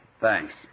Thanks